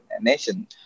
nation